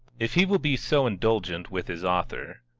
if he will be so indulgent with his author,